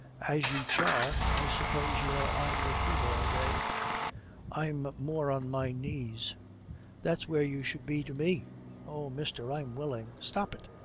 as you char, i suppose you are on your feet all day i'm more on my knees that's where you should be to me oh, mister, i'm willing stop it.